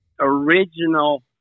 original